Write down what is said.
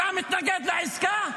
אתה מתנגד לעסקה?